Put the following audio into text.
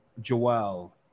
Joel